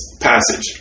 passage